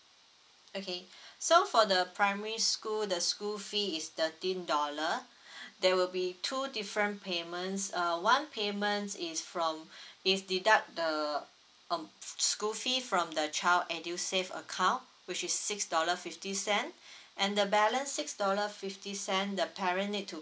okay so for the primary school the school fee is thirteen dollar there will be two different payments uh one payment is from is deduct the um school fee from the child edusave account which is six dollar fifty cent and the balance six dollar fifty cent the parent need to